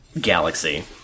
galaxy